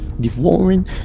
devouring